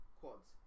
quads